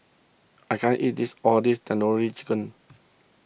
I can't eat this all this Tandoori Chicken